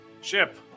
Ship